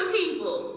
people